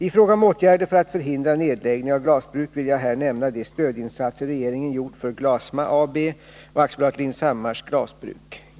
I fråga om åtgärder för att förhindra nedläggning av glasbruk vill jag här nämna de stödinsatser regeringen gjort för Glasma AB och AB Lindshammars Glasbruk.